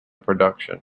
production